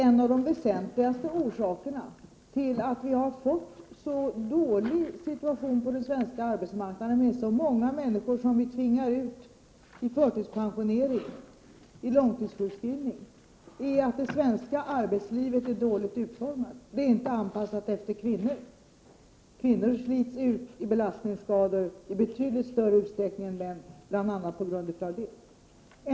En av de väsentligaste orsakerna till den bristfälliga situationen på den svenska arbetsmarknaden med så många människor som tvingas till förtidspensionering och långtidssjukskrivning är att det svenska arbetslivet är dåligt utformat. Det är inte anpassat efter kvinnorna. Kvinnor slits ut av belastningsskador i betydligt större utsträckning än män bl.a. på grund av detta förhållande.